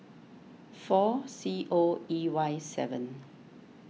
four C O E Y seven